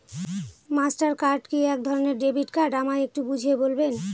Master card কি একধরণের debit card আমায় একটু বুঝিয়ে বলবেন?